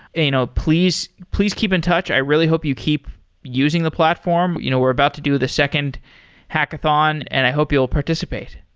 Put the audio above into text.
you know please please keep in touch. i really hope you keep using the platform. you know we're about to the second hackathon and i hope you'll participate.